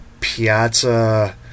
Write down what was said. Piazza